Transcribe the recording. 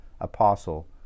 Apostle